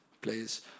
players